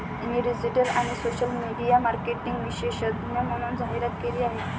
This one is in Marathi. मी डिजिटल आणि सोशल मीडिया मार्केटिंग विशेषज्ञ म्हणून जाहिरात केली आहे